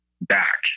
back